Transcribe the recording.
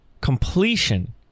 completion